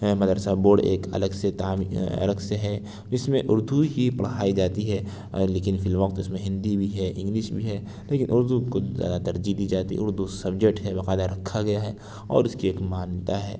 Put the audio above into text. مدرسہ بورڈ ایک الگ سے الگ سے ہے اس میں اردو ہی پڑھائی جاتی ہے لیکن فی الوقت اس میں ہندی بھی ہے انگلش بھی ہے لیکن اردو کو زیادہ ترجیح دی جاتی ہے اردو سبجیکٹ ہے باقاعدہ رکھا گیا ہے اور اس کی ایک مانیتا ہے